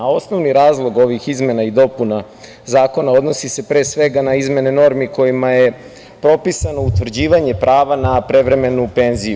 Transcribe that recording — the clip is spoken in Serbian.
Osnovni razlog ovih izmena i dopuna Zakona odnosi se pre svega na izmene normi kojima je propisano utvrđivanje prava na prevremenu penziju.